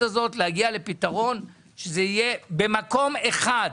הזאת ולהגיע לפתרון שזה יהיה במקום אחד.